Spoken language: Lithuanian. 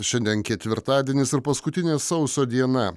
šiandien ketvirtadienis ir paskutinė sausio diena